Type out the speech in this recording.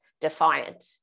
defiant